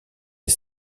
des